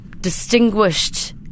distinguished